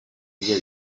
dia